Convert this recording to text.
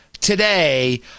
today